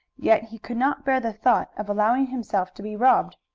yet he could not bear the thought of allowing himself to be robbed.